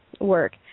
work